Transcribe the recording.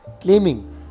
claiming